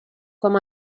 com